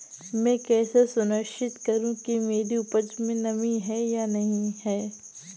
मैं कैसे सुनिश्चित करूँ कि मेरी उपज में नमी है या नहीं है?